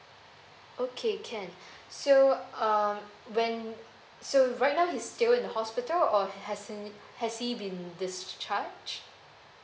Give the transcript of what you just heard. okay can so err when so right now he's still in the hospital or ha~ has he has he been discharged